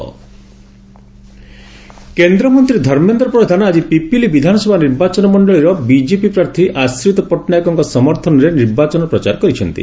ପିପିଲି କେନ୍ଦ୍ରମନ୍ତୀ ଧର୍ମେନ୍ଦ୍ର ପ୍ରଧାନ ଆକି ପିପିଲି ବିଧାନସଭା ନିର୍ବାଚନ ମଣ୍ଣଳୀର ବିଜେପି ପାର୍ଥୀ ଆଶିତ ପଟ୍ଟନାୟକଙ୍ଙ ସମର୍ଥନରେ ନିର୍ବାଚନ ପଚାର କରିଛନ୍ତି